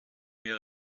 mir